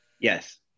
yes